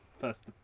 first